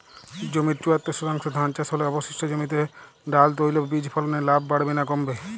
জমির চুয়াত্তর শতাংশে ধান চাষ হলে অবশিষ্ট জমিতে ডাল তৈল বীজ ফলনে লাভ বাড়বে না কমবে?